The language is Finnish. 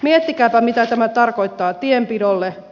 miettikääpä mitä tämä tarkoittaa tienpidolle